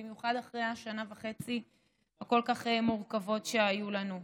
במיוחד אחרי השנה וחצי הכל-כך מורכבות שהיו לנו.